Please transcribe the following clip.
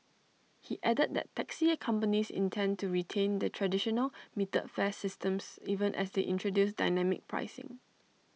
he added that taxi companies intend to retain the traditional metered fare systems even as they introduce dynamic pricing